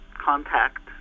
contact